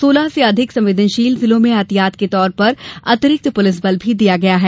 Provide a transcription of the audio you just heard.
डेढ़ दर्जन संवेदनशील जिलों में ऐहतियात के तौर पर अतिरिक्त पुलिस बल भी दिया गया है